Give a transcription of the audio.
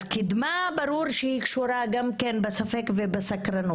אז ברור שקדמה קשורה גם כן בספק ובסקרנות.